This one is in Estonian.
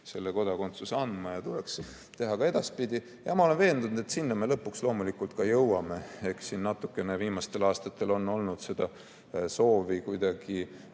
Eesti kodakondsuse andma ja seda tuleks teha ka edaspidi. Ma olen veendunud, et sinna me lõpuks loomulikult ka jõuame. Eks siin on viimastel aastatel olnud soovi kuidagi